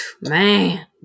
man